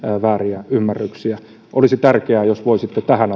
vääriä ymmärryksiä olisi tärkeää jos voisitte tähän